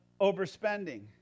overspending